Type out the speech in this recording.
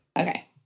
Okay